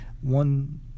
One